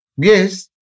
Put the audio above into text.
Yes